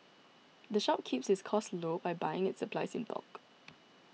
the shop keeps its costs low by buying its supplies in bulk